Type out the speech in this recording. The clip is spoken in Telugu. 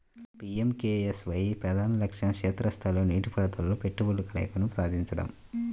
పి.ఎం.కె.ఎస్.వై ప్రధాన లక్ష్యం క్షేత్ర స్థాయిలో నీటిపారుదలలో పెట్టుబడుల కలయికను సాధించడం